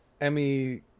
Emmy